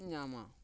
ᱧᱟᱢᱟ